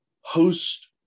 host